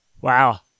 Wow